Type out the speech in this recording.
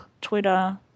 Twitter